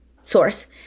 source